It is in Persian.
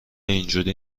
اینجوری